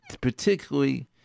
Particularly